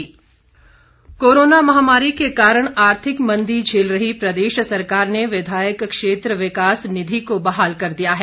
मुख्यमंत्री वकतव्य कोरोना महामारी के कारण आर्थिक मंदी झेल रही प्रदेश सरकार ने विधायक क्षेत्र विकास निधि को बहाल कर दिया है